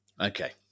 okay